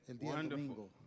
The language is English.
wonderful